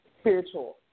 spiritual